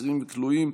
אסירים וכלואים),